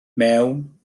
mewn